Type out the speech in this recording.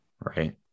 Right